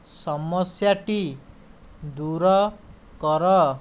ସମସ୍ୟାଟି ଦୂର କର